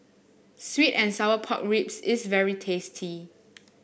sweet and Sour Pork Ribs is very tasty